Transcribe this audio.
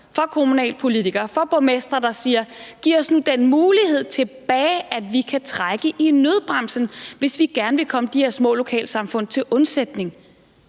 fra kommunalpolitikere, fra borgmestre, der siger: Giv os nu den mulighed tilbage, at vi kan trække i nødbremsen, hvis vi gerne vil komme de her små lokalsamfund til undsætning.